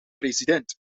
president